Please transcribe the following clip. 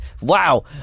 Wow